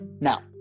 Now